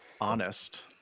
honest